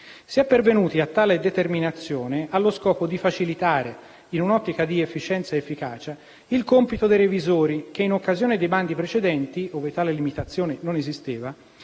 Si è pervenuti a tale determinazione allo scopo di facilitare, in un'ottica di efficienza ed efficacia, il compito dei revisori che, in occasione di bandi precedenti ove tale limitazione non esisteva,